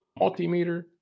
Multimeter